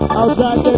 outside